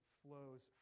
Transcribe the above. flows